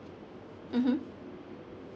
mmhmm